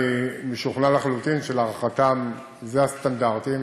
אני משוכנע לחלוטין שלהערכתם אלה הסטנדרטים.